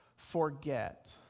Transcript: Forget